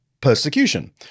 persecution